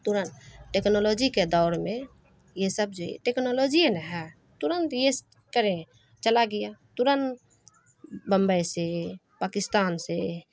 ترنت ٹیکنالوجی کے دور میں یہ سب جو یہ ٹیکنالوجیے نا ہے ترنت یہ کریں چلا گیا ترنت بمبئی سے پاکستان سے